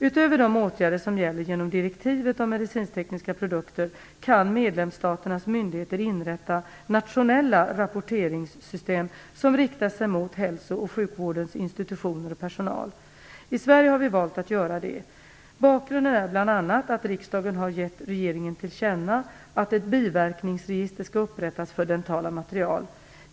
Utöver de åtaganden som gäller genom direktivet om medicintekniska produkter kan medlemsstaternas myndigheter inrätta nationella rapporteringssystem som riktar sig mot hälso och sjukvårdens institutioner och personal. I Sverige har vi valt att göra det. Bakgrunden är bl.a. att riksdagen har gett regeringen till känna att ett biverkningsregister skall upprättas för dentala material.